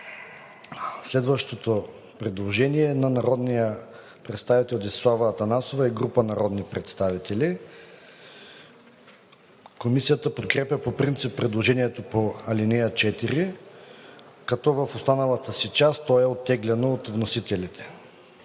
предложението. Предложение на народния представител Десислава Атанасова и група народни представители. Комисията подкрепя по принцип предложението по ал. 4, като в останалата си част то е оттеглено от вносителите.